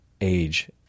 age